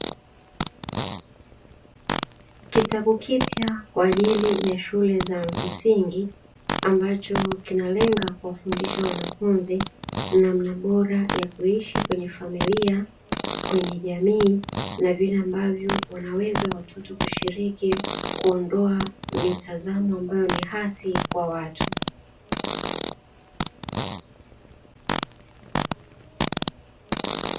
Kitabu kipya kwa ajili ya shule za msingi, ambacho kinalenga kuwafundisha wanafunzi namna bora ya kuishi kwenye familia kwenye jamii, na vile ambavyo wanaweza wakashiriki kuondoa mitazamo ambayo ni hasi kwa watu.